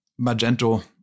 Magento